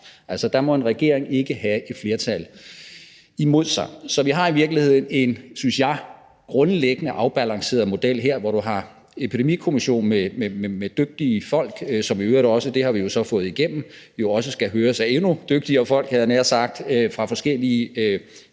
og der må en regering altså ikke have et flertal imod sig. Så vi har i virkeligheden en, synes jeg, grundlæggende afbalanceret model her, hvor man har Epidemikommissionen med dygtige folk, som i øvrigt også – det har vi jo så fået igennem – skal høres af endnu dygtigere folk, havde jeg nær sagt, fra forskellige